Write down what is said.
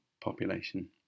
population